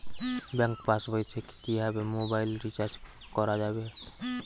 Bank পাশবই থেকে কিভাবে মোবাইল রিচার্জ করা যাবে?